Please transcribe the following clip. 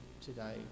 today